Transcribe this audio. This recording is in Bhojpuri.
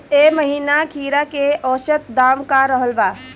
एह महीना खीरा के औसत दाम का रहल बा?